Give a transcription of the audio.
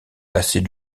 lasser